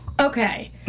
Okay